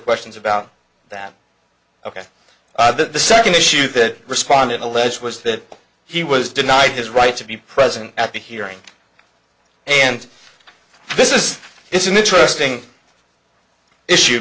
questions about that ok the second issue that respondent allege was that he was denied his right to be present at the hearing and this is it's an interesting issue